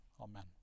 Amen